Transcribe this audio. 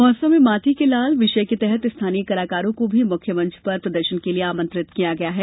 महोत्सव में माटी के लाल विषय के तहत स्थानीय कलाकारों को भी मुख्य मंच पर प्रदर्शन के लिए आमंत्रित किया गया है